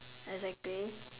exactly